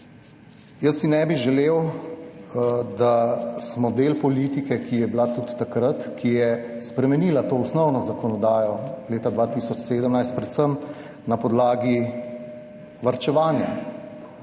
Jaz si ne bi želel, da smo del politike, ki je bila tudi takrat, ki je spremenila to osnovno zakonodajo leta 2017, predvsem na podlagi varčevanja,